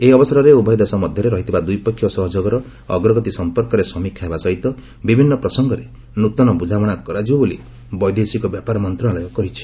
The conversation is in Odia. ଏହି ଅବସରରେ ଉଭୟ ଦେଶ ମଧ୍ୟରେ ରହିଥିବା ଦ୍ୱିପକ୍ଷୀୟ ସହଯୋଗର ଅଗ୍ରଗତି ସମ୍ପର୍କରେ ସମୀକ୍ଷା ହେବା ସହିତ ବିଭିନ୍ନ ପ୍ରସଙ୍ଗରେ ନୃତନ ବୁଝାମଣା କରାଯିବ ବୋଲି ବୈଦେଶିକ ବ୍ୟାପାର ମନ୍ତ୍ରଣାଳୟ କହିଛି